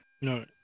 No